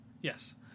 yes